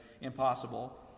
impossible